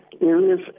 areas